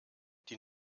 die